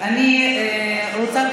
אני רוצה,